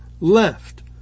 left